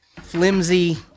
flimsy